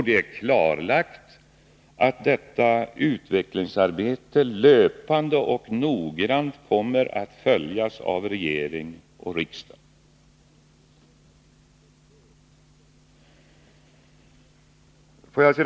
Det är klarlagt att detta utvecklingsarbete löpande och noggrant kommer att följas av regering och riksdag.